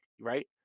right